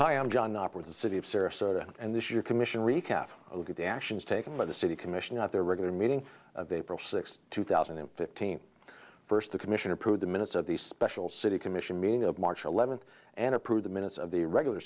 hi i'm john operate the city of sarasota and this year commission recap a look at the actions taken by the city commission at their regular meeting of april sixth two thousand and fifteen first the commission approved the minutes of the special city commission meeting of march eleventh and approved the minutes of the regular